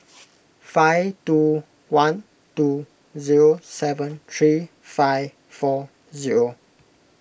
five two one two zero seven three five four zero